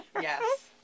Yes